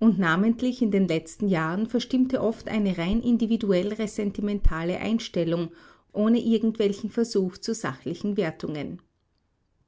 und namentlich in den letzten jahren verstimmte oft eine rein individuell ressentimentale einstellung ohne irgendwelchen versuch zu sachlichen wertungen